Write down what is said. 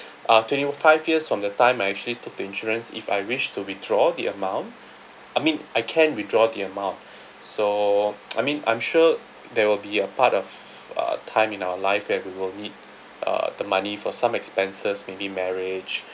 uh twenty-five years from the time I actually took the insurance if I wish to withdraw the amount I mean I can withdraw the amount so I mean I'm sure there will be a part of uh time in our life that we will need uh the money for some expenses maybe marriage